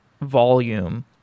volume